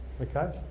okay